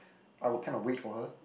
I would kind of wait for her